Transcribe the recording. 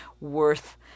worth